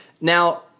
Now